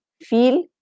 feel